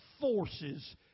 forces